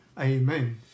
amen